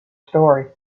story